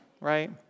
right